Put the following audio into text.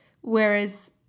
Whereas